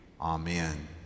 Amen